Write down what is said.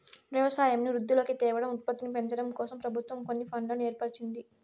వ్యవసాయంను వృద్ధిలోకి తేవడం, ఉత్పత్తిని పెంచడంకోసం ప్రభుత్వం కొన్ని ఫండ్లను ఏర్పరిచింది